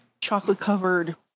Chocolate-covered